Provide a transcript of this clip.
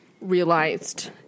realized